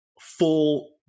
full